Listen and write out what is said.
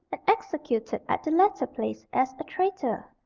and executed at the latter place as a traitor.